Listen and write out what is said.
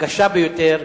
הקשה ביותר,